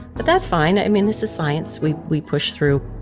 but that's fine, i mean, this is science. we we push through.